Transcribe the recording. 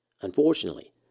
Unfortunately